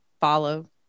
follow